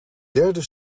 derde